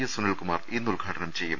S Sunilkumar ഇന്ന് ഉദ്ഘാടനം ചെയ്യും